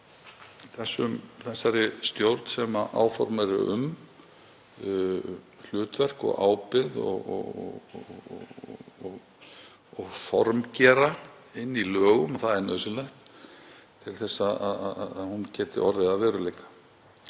þessari stjórn, sem áform eru um, hlutverk og ábyrgð og formgera í lögum. Það er nauðsynlegt til þess að hún geti orðið að veruleika.